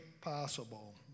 possible